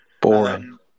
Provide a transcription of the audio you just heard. Boring